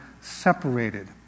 separated